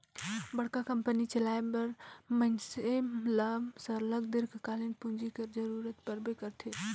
बड़का कंपनी चलाए में मइनसे ल सरलग दीर्घकालीन पूंजी कर जरूरत परबे करथे